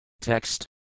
Text